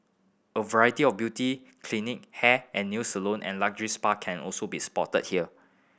a variety of beauty clinic hair and new salon and luxury spa can also be spotted here